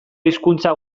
hizkuntza